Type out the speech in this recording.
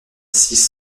six